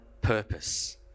purpose